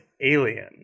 Alien